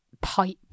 pipe